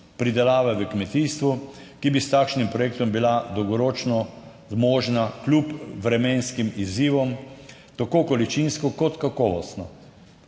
pridelave v kmetijstvu, ki bi s takšnim projektom bila dolgoročno zmožna kljub vremenskim izzivom tako količinsko kot kakovostno.